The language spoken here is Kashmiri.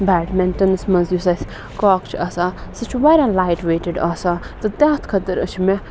بیڈمِنٹَنَس منٛز یُس اَسہِ کاک چھُ آسان سُہ چھُ واریاہ لایٹ ویٹِڈ آسان تہٕ تَتھ خٲطرٕ چھِ مےٚ